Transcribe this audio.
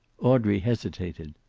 audrey hesitated.